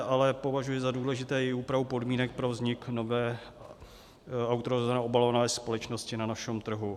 Ale považuji za důležité i úpravu podmínek pro vznik nové autorizované obalové společnosti na našem trhu.